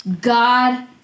god